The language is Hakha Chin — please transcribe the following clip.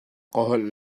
holh